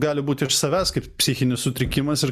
gali būt iš savęs kaip psichinis sutrikimas ir